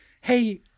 Hey